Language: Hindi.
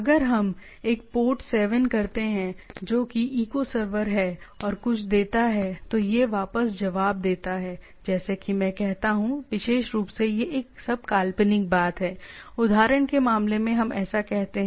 अगर हम एक पोर्ट 7 करते हैं जो कि इको सर्वर है और कुछ देता है तो यह वापस जवाब देता है जैसे मैं कहता हूं विशेष रूप से यह सब काल्पनिक बात है उदाहरण के मामले में हम ऐसा कहते हैं